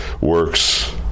works